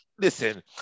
listen